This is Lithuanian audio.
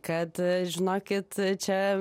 kad žinokit čia